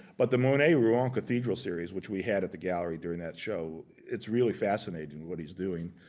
but the monet rouen cathedral series, which we had at the gallery during that show, it's really fascinating what he's doing.